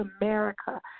America